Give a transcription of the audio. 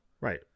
right